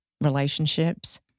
relationships